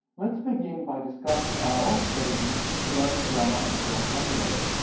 let's begin by discussing our own strategies for learning grammar and vocabulary.